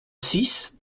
six